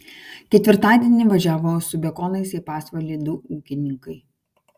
ketvirtadienį važiavo su bekonais į pasvalį du ūkininkai